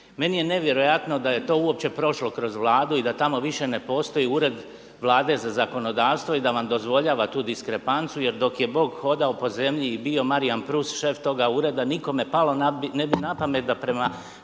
Meni je ne vjerojatno da je to uopće prošlo kroz Vladu i da tamo više ne postoji Ured Vlade za zakonodavstvo i da vam dozvoljava tu diskrepancu jer dok je bok hodao po zemlji i bio Marjan Prus šef toga ureda nikome palo ne bi napamet da prema